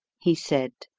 he said,